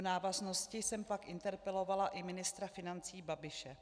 V návaznosti jsem pak interpelovala i ministra financí Babiše.